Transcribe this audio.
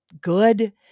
good